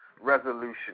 resolution